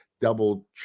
double